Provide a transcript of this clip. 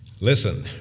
Listen